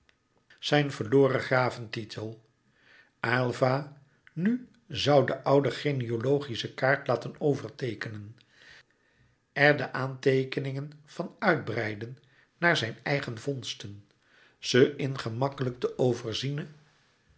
zijn verloren graventitel aylva nu zoû de oude genealogische kaart laten overteekenen er de aanteekeningen van uitbreiden naar zijn eigen vondsten ze in gemakkelijk te overziene